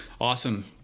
Awesome